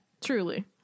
truly